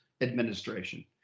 administration